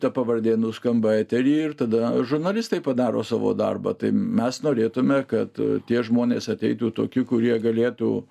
ta pavardė nuskamba etery ir tada žurnalistai padaro savo darbą tai mes norėtume kad tie žmonės ateitų tokie kurie galėtų